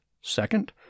Second